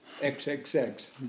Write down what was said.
XXX